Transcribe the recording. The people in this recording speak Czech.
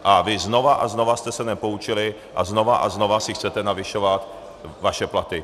A vy znova a znova jste se nepoučili a znova a znova si chcete navyšovat své platy.